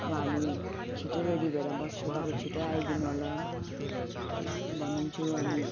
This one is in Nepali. अब हामी छिटै रेडी भएर बस्छु तपाईँ छिटो आइदिनुहोला एस भनिदिन्छु अनि